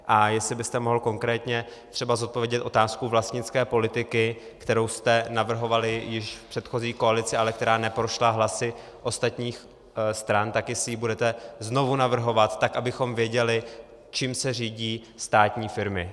A jestli byste mohl konkrétně třeba zodpovědět otázku vlastnické politiky, kterou jste navrhovali již v předchozí koalici, ale která neprošla hlasy ostatních stran, tak jestli ji budete znovu navrhovat, tak abychom věděli, čím se řídí státní firmy.